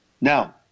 now